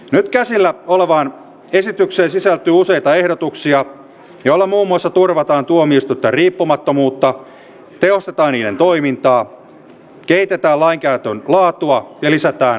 nyt käsillä olevaan esitykseen sisältyy useita ehdotuksia joilla muun muassa turvataan tuomioistuinten riippumattomuutta tehostetaan niiden toimintaa kehitetään lainkäytön laatua ja lisätään avoimuutta